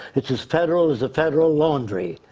it's as federal as the federal laundry.